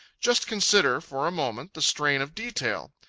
just consider, for a moment, the strain of detail.